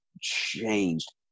changed